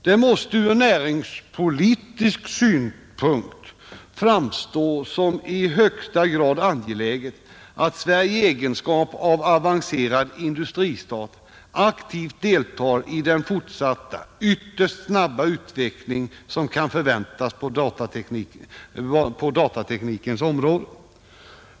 Det måste ur näringspolitisk synpunkt framstå som i högsta grad angeläget att Sverige i egenskap av avancerad industristat aktivt deltar i den fortsatta, ytterst snabba utveckling som kan förväntas på datateknikens område.